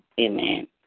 Amen